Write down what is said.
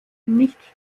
nicht